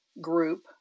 group